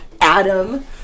Adam